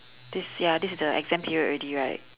this ya this is the exam period already right